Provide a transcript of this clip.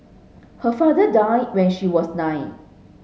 her father died when she was nine